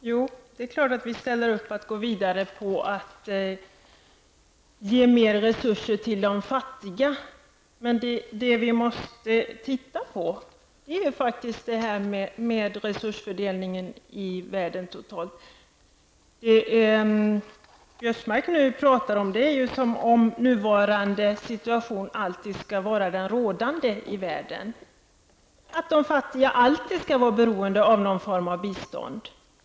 Herr talman! Det är klart att vi ställer upp på att gå vidare och ge mer resurser till de fattiga. Men vi måste faktiskt titta på detta med resursfördelningen i världen totalt. Karl-Göran Biörsmark talar nu som om den nuvarande situationen alltid skall vara den rådande i världen. De fattiga skall alltid vara bereonde av någon form av bistånd.